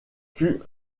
fut